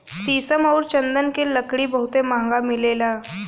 शीशम आउर चन्दन के लकड़ी बहुते महंगा मिलेला